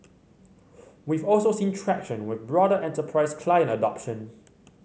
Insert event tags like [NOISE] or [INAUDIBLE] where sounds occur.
[HESITATION] we've also seen traction with broader enterprise client adoption